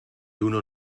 uno